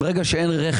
ברגע שאין ---,